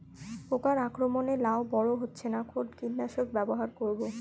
পোকার আক্রমণ এ লাউ বড় হচ্ছে না কোন কীটনাশক ব্যবহার করব?